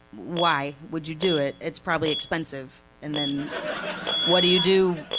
why would you do it it's probably expensive and then what do you do